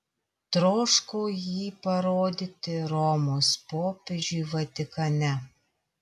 troškau jį parodyti romos popiežiui vatikane